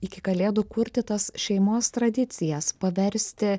iki kalėdų kurti tas šeimos tradicijas paversti